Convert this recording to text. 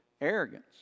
arrogance